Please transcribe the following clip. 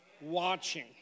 watching